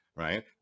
Right